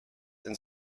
and